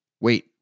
Wait